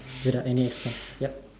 without any expense yup